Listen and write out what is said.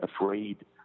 afraid